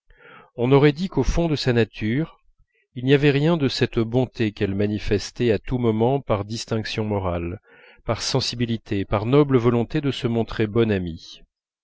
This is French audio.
on aurait dit qu'au fond de sa nature il n'y avait rien de cette bonté qu'elle manifestait à tout moment par distinction morale par sensibilité par noble volonté de se montrer bonne amie